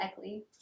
Eckley